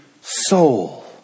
soul